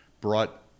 brought